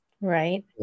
Right